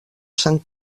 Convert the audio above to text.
sant